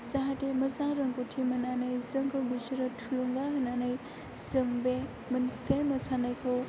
जाहाथे मोजां रोंगौथि मोननानै जोंखौ बिसोरो थुलुंगा होनानै जों बे मोनसे मोसानायखौ